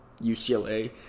UCLA